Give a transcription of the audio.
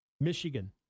michigan